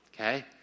Okay